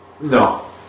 No